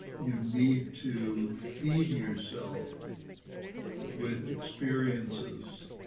you need to feed yourself with experiences